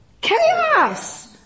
Chaos